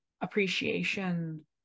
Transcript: appreciation